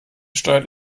steuert